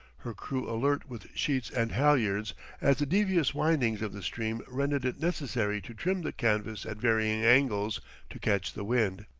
her crew alert with sheets and halyards as the devious windings of the stream rendered it necessary to trim the canvas at varying angles to catch the wind.